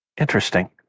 Interesting